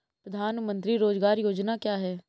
प्रधानमंत्री रोज़गार योजना क्या है?